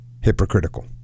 hypocritical